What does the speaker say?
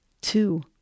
two